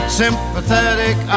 sympathetic